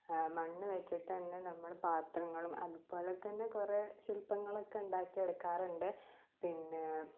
മണ്ണ് വെച്ചിട്ടന്നെ നമ്മൾ പാത്രങ്ങളും അതുപോലെ തന്നെ കുറെ ശില്പങ്ങളക്കെ ഉണ്ടാക്കി എടുക്കാറുണ്ട് പിന്നെ